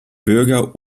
bürger